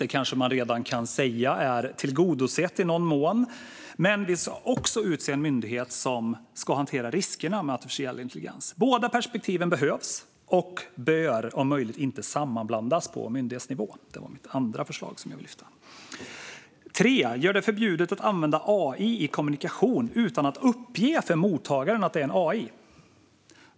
Det kanske man kan säga redan är tillgodosett i någon mån, men vi ska också inrätta en myndighet som hanterar riskerna med artificiell intelligens. Båda perspektiven behövs och bör om möjligt inte sammanblandas på myndighetsnivå. Mitt tredje förslag är att göra det förbjudet att använda AI i kommunikation utan att uppge för mottagaren att det är AI.